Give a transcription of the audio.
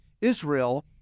Israel